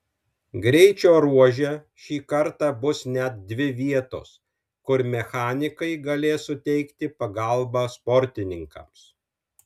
greičio ruože šį kartą bus net dvi vietos kur mechanikai galės suteikti pagalbą sportininkams